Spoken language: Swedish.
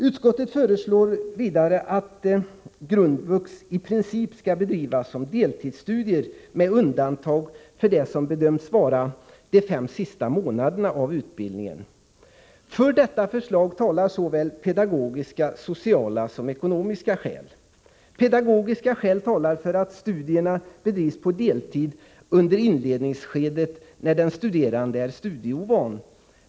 Utskottet föreslår vidare att studierna inom grundvux i princip skall bedrivas som deltidsstudier med undantag för det som bedöms vara de fem sista månaderna av utbildningen. För detta förslag talar såväl pedagogiska och sociala som ekonomiska skäl. Pedagogiska skäl talar för att studierna bedrivs på deltid under inledningsskedet, när den studerande är studieovan.